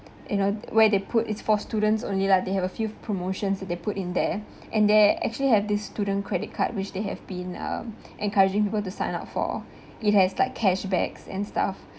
you know where they put it's for students only lah they have a few promotions that they put in there and they actually have this student credit card which they have been um encouraging people to sign up for it has like cashback and stuff